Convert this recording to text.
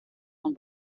von